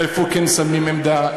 איפה כן שמים עמדה,